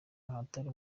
ahatari